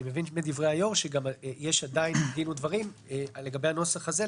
אני מבין מדברי היו"ר שיש עדיין דין ודברים לגבי הנוסח הזה,